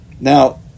Now